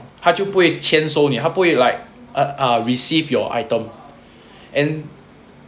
他就不会签收你他不会 like uh uh receive your item and